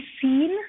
seen